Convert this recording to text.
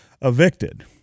Evicted